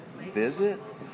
visits